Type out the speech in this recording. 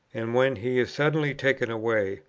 and when he is suddenly taken away,